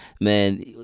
man